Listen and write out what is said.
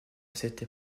cette